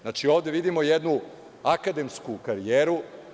Znači, ovde vidimo jednu akademsku karijeru.